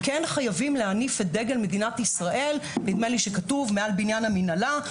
כן חייבים להניף את דגל מדינת ישראל מעל בניין המנהלה.